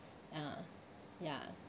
ah ya